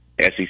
SEC